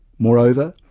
moreover,